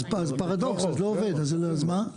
אז פרדוקס, אז לא עובד, אז מה?